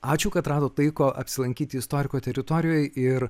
ačiū kad radot laiko apsilankyti istoriko teritorijoje ir